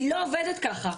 היא לא עובדת ככה,